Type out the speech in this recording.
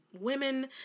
women